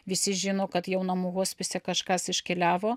visi žino kad jau namų hospise kažkas iškeliavo